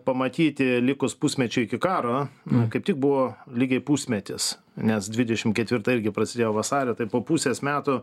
pamatyti likus pusmečiui iki karo kaip tik buvo lygiai pusmetis nes dvidešimt ketvirta irgi prasidėjo vasario tai po pusės metų